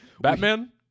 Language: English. Batman